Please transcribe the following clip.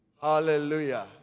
Hallelujah